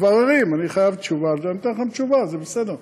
מבררים, אני חייב תשובה ואתן לכם תשובה, זה בסדר.